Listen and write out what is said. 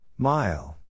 Mile